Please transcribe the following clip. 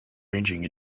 ranging